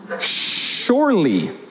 surely